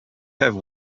have